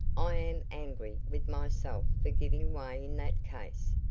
i am angry with myself for giving way in that case.